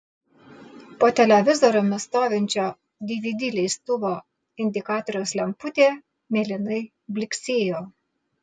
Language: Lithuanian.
po televizoriumi stovinčio dvd leistuvo indikatoriaus lemputė mėlynai blyksėjo